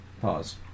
Pause